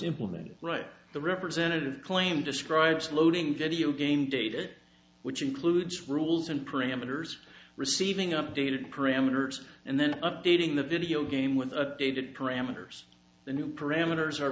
implemented right the representative claim describes loading video game data which includes rules and parameters receiving updated parameters and then updating the video game with david parameters the new parameters are